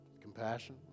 compassion